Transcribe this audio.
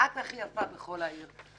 את הכי יפה בכל העיר.